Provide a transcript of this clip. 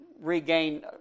regain